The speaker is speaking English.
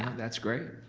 that's great.